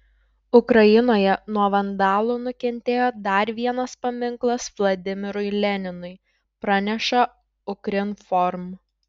ukrainoje nuo vandalų nukentėjo dar vienas paminklas vladimirui leninui praneša ukrinform